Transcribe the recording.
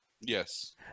Yes